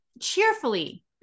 cheerfully